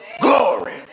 glory